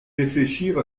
réfléchir